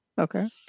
Okay